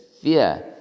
fear